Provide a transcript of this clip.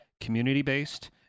community-based